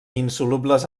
insolubles